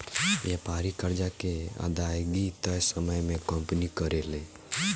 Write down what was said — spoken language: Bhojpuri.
व्यापारिक कर्जा के अदायगी तय समय में कंपनी करेले